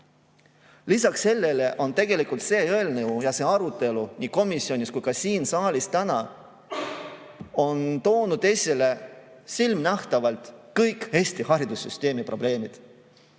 Lisaks sellele on tegelikult see eelnõu ja arutelu nii komisjonis kui ka siin saalis täna toonud esile silmanähtavalt kõik Eesti haridussüsteemi probleemid